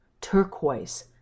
turquoise